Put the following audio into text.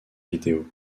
vidéo